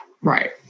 Right